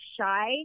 shy